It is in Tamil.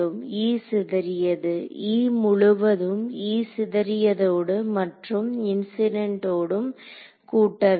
E சிதறியது E முழுவதும் E சிதறியதோடு மற்றும் இன்சிடென்ட் ஓடும் கூட்ட வேண்டும்